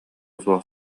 суох